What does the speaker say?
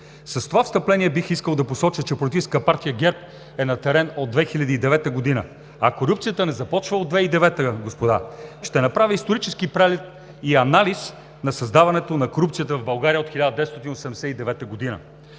С това встъпление бих искал да посоча, че Политическа партия ГЕРБ е на терен от 2009 г., а корупцията не започва от 2009 г., господа. Ще направя исторически преглед и анализ на създаването на корупцията в България от 1989 г.